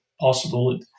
possible